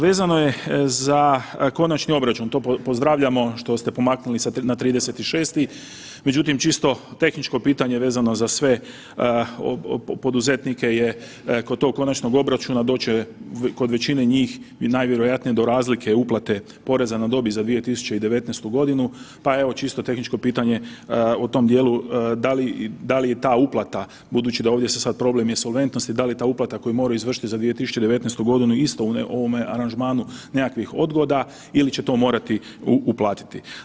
Vezano je za konačni obračun, to pozdravljamo što ste pomaknuli na 30.6. međutim, čisto tehničko pitanje vezano za sve poduzetnike je kod tog konačnog obračuna doći će, kod većine njih i najvjerojatnije do razlike uplate poreza na dobit za 2019. godinu pa evo čisto tehničko pitanje u tom dijelu da li i ta uplata, budući da ovdje se sad problem insolventnosti, da li ta uplata koju moraju izvršiti za 2019. godinu isto u ovome aranžmanu nekakvih odgoda ili će to morati uplatiti.